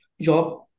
job